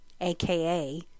aka